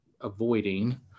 avoiding